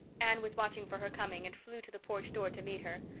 anne was watching for her coming and flew to the porch door to meet her.